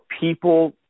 people